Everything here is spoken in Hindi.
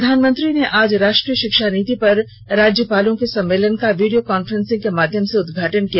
प्रधानमंत्री आज राष्ट्रीय शिक्षा नीति पर राज्यपालों के सम्मेलन का वीडियो कांफ्रेंस के माध्य्म से उद्घाटन किया